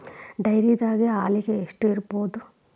ಡೈರಿದಾಗ ಹಾಲಿಗೆ ಎಷ್ಟು ಇರ್ಬೋದ್?